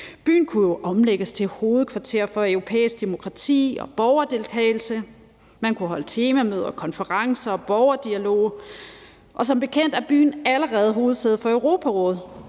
Byen kunne jo omlægges til hovedkvarter for europæisk demokrati og borgerdeltagelse. Man kunne holde temamøder, konferencer og borgerdialoger, og som bekendt er byen allerede hovedsæde for Europarådet.